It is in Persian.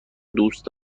دوست